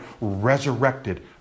resurrected